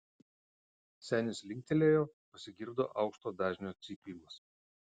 senis linktelėjo pasigirdo aukšto dažnio cypimas